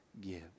give